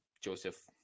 joseph